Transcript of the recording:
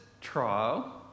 trial